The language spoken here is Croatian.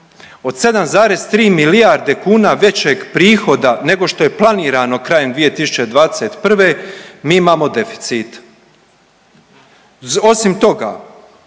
od 7,3 milijarde kuna većeg prihoda nego što je planirano krajem 2021. mi imamo deficit. Osim toga